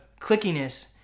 clickiness